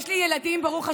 יש לי ילדים, ברוך השם,